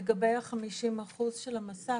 לגבי 50% של המסך,